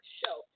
show